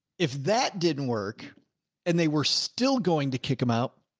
if that didn't work and they were still going to kick them out.